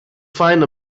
find